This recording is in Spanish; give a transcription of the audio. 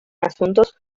asuntos